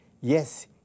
Yes